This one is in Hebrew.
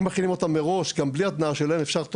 רוצים גם את הביטחון האנרגטי.